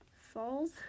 falls